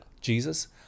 Jesus